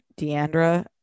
Deandra